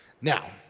Now